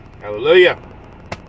Hallelujah